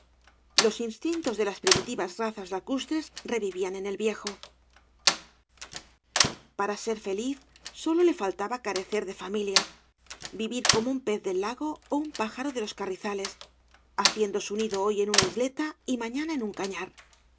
los instintos de las primitivas razas lacustres revivían en el viejo para ser feliz sólo le faltaba carecer de familia vivir como un pez del lago ó un pájaro de los carrizales haciendo su nido hoy en una isleta y mañana en un cañar